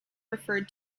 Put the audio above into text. referred